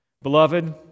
Beloved